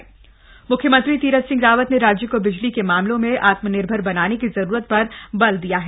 ऊर्जा विभाग समीक्षा मुख्यमंत्री तीरथ सिंह रावत ने राज्य को बिजली के मामले में आत्मनिर्भर बनाने की जरूरत पर बल दिया है